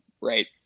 right